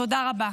תודה רבה.